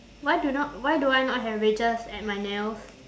why do not why do I not have wedges at my nails